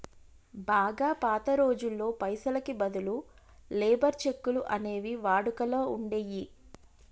బాగా పాత రోజుల్లో పైసలకి బదులు లేబర్ చెక్కులు అనేవి వాడుకలో ఉండేయ్యి